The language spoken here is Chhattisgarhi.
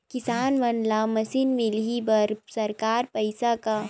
किसान मन ला मशीन मिलही बर सरकार पईसा का?